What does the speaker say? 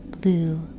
blue